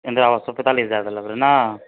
इन्दिरा आवास के पैंतालिस हजार देलक रहऽ ने